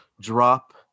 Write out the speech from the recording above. drop